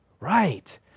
Right